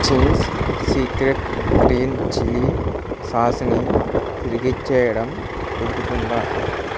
Ching's Secret green chilli సాస్ని తిరిగిచ్చేయడం కుదురుతుందా